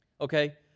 Okay